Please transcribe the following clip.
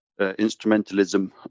instrumentalism